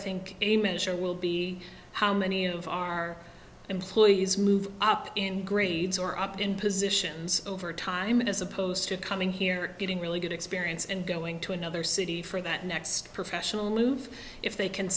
think a measure will be how many of our employees move up in grades or up in positions over time as opposed to coming here getting really good experience and going to another city for that next professional move if they can